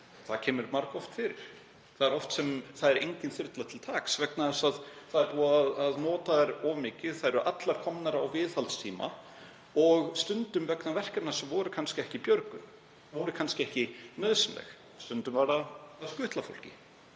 Það kemur margoft fyrir. Oft er engin þyrla til taks vegna þess að búið er að nota þær of mikið, þær eru allar komnar á viðhaldstíma og stundum vegna verkefna sem voru kannski ekki björgun, voru kannski ekki nauðsynleg, stundum var það að skutla fólki.